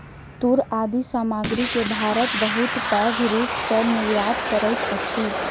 तूर आदि सामग्री के भारत बहुत पैघ रूप सॅ निर्यात करैत अछि